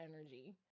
energy